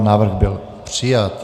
Návrh byl přijat.